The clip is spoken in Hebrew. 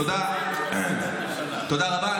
תודה רבה.